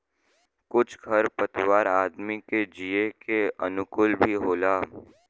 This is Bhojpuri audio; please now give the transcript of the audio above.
कुछ खर पतवार आदमी के जिये के अनुकूल भी होला